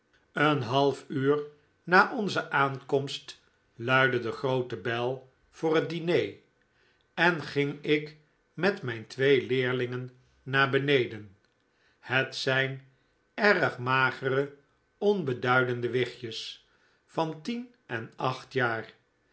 een half uur na onze aankomst luidde de groote bel voor het diner en ging ik met mijn twee leerlingen naar beneden het zijn erg magere onbeduidende wichtjes van tien en acht jaar